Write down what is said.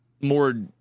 more